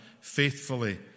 faithfully